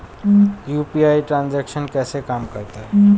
UPI transaction कैसे काम करता है?